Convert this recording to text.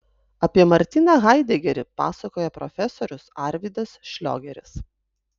apie martiną haidegerį pasakoja profesorius arvydas šliogeris